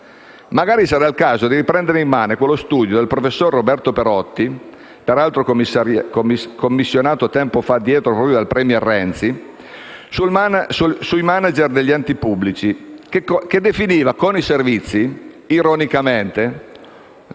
Magari sarà il caso di riprendere in mano quello studio del professor Roberto Perotti, peraltro commissionato tempo addietro proprio dal *premier* Renzi, sui *manager* degli enti pubblici, che definiva CONI Servizi, ironicamente,